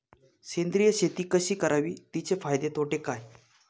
सेंद्रिय शेती कशी करावी? तिचे फायदे तोटे काय?